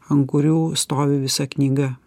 ant kurių stovi visa knyga